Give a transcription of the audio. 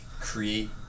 create